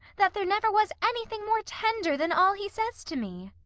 that there never was anything more tender than all he says to me?